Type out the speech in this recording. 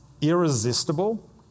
irresistible